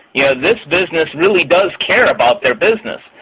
yeah this business really does care about their business.